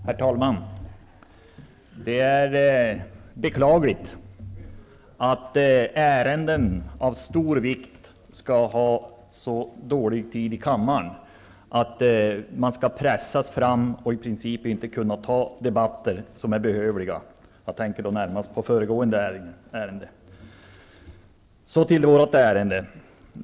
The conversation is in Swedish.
Herr talman! Det är beklagligt att ärenden av stor vikt skall få så dålig tid i kammaren att man skall pressas fram och i princip inte kunna föra debatter som är behövliga. Jag tänker närmast på föregående ärende.